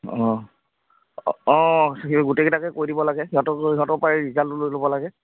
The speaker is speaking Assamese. অঁ অঁ সেই গোটেইকেইটাকে কৈ দিব লাগে সিহঁতক সিহঁতৰ পাই ৰিজাল্টটো লৈ ল'ব লাগে